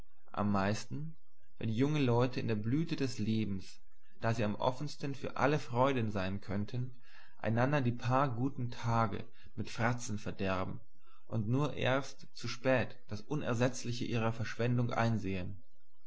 am meisten wenn junge leute in der blüte des lebens da sie am offensten für alle freuden sein könnten einander die paar guten tage mit fratzen verderben und nur erst zu spät das unersetzliche ihrer verschwendung einsehen